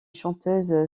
chanteuse